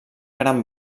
gran